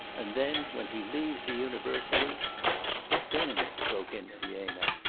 and then when he leaves the university what then broke in elena.